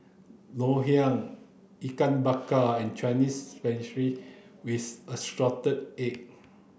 ngoh hiang ikan bakar and Chinese spinach with assorted egg